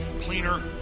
cleaner